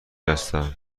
هستم